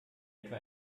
etwa